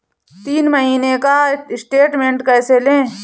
तीन महीने का स्टेटमेंट कैसे लें?